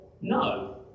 no